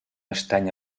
estany